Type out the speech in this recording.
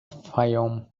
fayoum